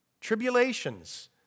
Tribulations